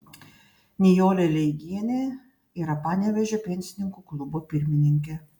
nijolė leigienė yra panevėžio pensininkų klubo pirmininkė